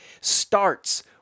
starts